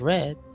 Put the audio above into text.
Red